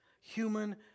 human